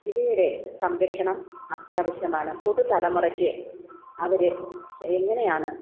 ഇവയുടെ സംരക്ഷണം അത്യാവശ്യമാണ് പുതുതലമുറയ്ക്ക് അവർ എങ്ങനെയാണ്